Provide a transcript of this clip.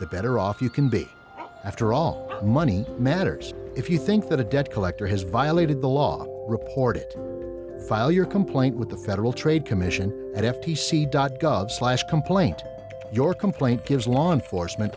the better off you can be after all money matters if you think that a debt collector has violated the law report it file your complaint with the federal trade commission at f t c dot gov slash complaint your complaint gives law enforcement